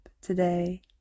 today